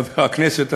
חבר הכנסת,